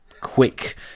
quick